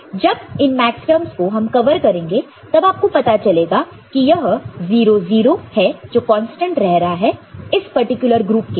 तो जब इन मैक्सटर्मस को हम कवर करेंगे तब आपको पता चलेगा कि यह 0 0 है जो कांस्टेंट रह रहा है इस पर्टिकुलर ग्रुप के लिए